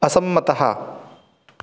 असम्मतः